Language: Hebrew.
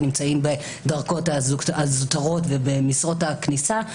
נמצאים בדרגות הזוטרות ובמשרות הכניסה,